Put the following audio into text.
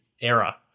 era